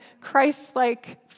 Christ-like